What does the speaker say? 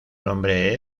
nombre